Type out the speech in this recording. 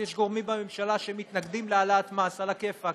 יש גורמים בממשלה שמתנגדים להעלאת מס, עלא כיפאק.